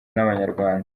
n’abanyarwanda